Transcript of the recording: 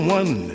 one